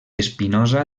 espinosa